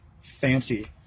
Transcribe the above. fancy